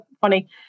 funny